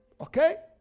Okay